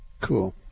cool